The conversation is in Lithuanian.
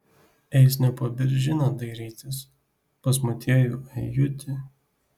eis ne po beržyną dairytis pas motiejų ajutį